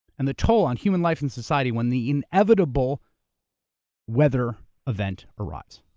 and the toll on human life in society when the inevitable weather event arrives.